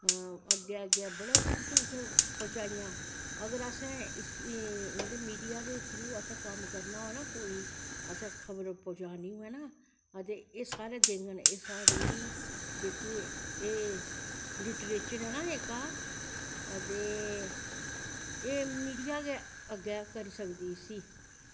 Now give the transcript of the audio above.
अग्गैं अग्गैं पता नी कुत्थैं कुत्थैं पज़ाइयां अगर असैं इंदे मिडिया दे थ्रू असैं कम्म करनां होऐ ना कोई असैं खबर पहुंचानी होऐ ना ते एह् सारे देंगन एह् साढ़ी जेह्की एह् लिटरेचर ऐ ना जेह्का अदे एह् मीडिया गै अग्गैं करी सकदी इसी